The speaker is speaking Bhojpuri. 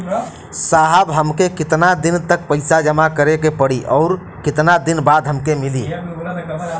साहब हमके कितना दिन तक पैसा जमा करे के पड़ी और कितना दिन बाद हमके मिली?